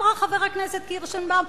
אמרה חברת הכנסת קירשנבאום.